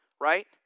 right